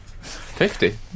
Fifty